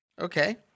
Okay